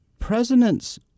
presidents